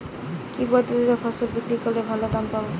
কি পদ্ধতিতে ফসল বিক্রি করলে ভালো দাম পাব?